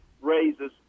raises